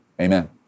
Amen